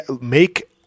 make